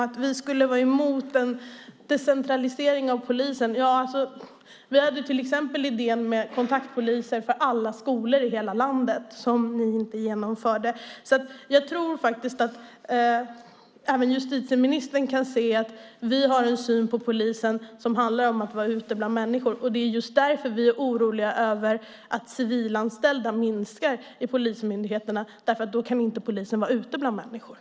Att vi skulle vara emot en decentralisering av polisen stämmer inte. Vi hade till exempel idén med kontaktpoliser på alla skolor i hela landet, något som Alliansen inte genomfört. Jag tror att även justitieministern kan se att vi har en syn på polisen som handlar om att de ska vara ute bland människorna, och just därför är vi oroliga över att antalet civilanställda minskar vid polismyndigheterna. Då kan polisen nämligen inte vara ute bland människorna.